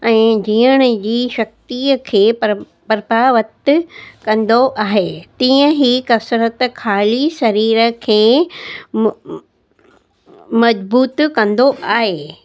ऐं जीअण जी शक्तिअ खे प्रभ प्रभावित कंदो आहे तीअं ई कसरत ख़ाली शरीर खे म मज़बूत कंदो आहे